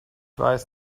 weiß